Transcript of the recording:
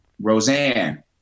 Roseanne